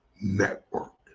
network